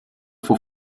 for